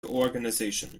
organization